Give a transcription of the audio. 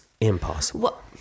impossible